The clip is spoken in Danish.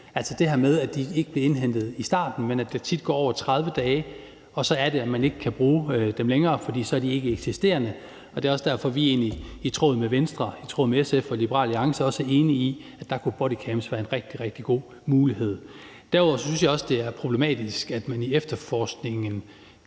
altså det her med, at den ikke bliver indhentet i starten, men at der tit går over 30 dage, og at man så ikke kan bruge den længere, fordi den så ikke er eksisterende. Og det er egentlig også derfor, vi i tråd med Venstre, SF og Liberal Alliance er enige i, at bodycams dér kunne være en rigtig, rigtig god mulighed. Derudover synes jeg også, det er problematisk, at man i efterforskningen